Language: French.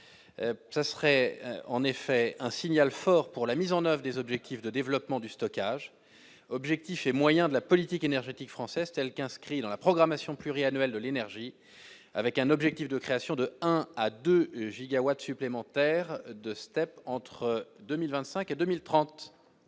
ça serait en effet un signal fort pour la mise en 9 des objectifs de développement du stockage objectifs et moyens de la politique énergétique française tels qu'inscrits dans la programmation pluriannuelle de l'énergie, avec un objectif de création de un à 2 gigawatts supplémentaires de Step entre 2025 et 2030.